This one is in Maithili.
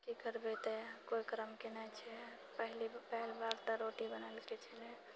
कि करबै तऽ कोइ करमके नहि छै छै पहिल बार तऽ रोटी बनेलकए छलेै